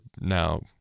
now